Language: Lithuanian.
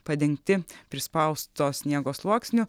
padengti prispausto sniego sluoksniu